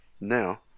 now